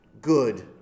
good